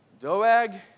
Doag